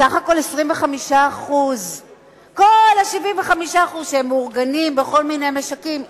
סך הכול 25%. כל ה-75% שמאורגנים בכל מיני משקים,